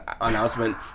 announcement